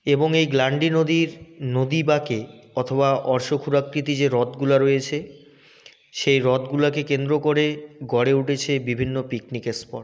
এবং এই গ্লান্ডি নদীর নদী বাঁকে অথবা অশ্বক্ষুরাকৃতি যে হ্রদগুলো রয়েছে সেই হ্রদগুলোকে কেন্দ্র করে গড়ে উঠেছে বিভিন্ন পিকনিক স্পট